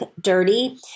dirty